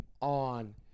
on